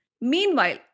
Meanwhile